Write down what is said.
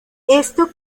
esto